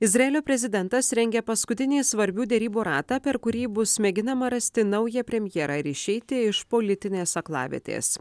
izraelio prezidentas rengia paskutinį svarbių derybų ratą per kurį bus mėginama rasti naują premjerą ir išeiti iš politinės aklavietės